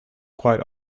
quite